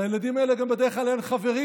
לילדים האלה גם בדרך כלל אין חברים,